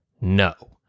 No